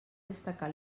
destacar